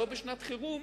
לא בשנת חירום,